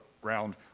ground